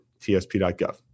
TSP.gov